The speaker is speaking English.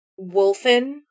Wolfen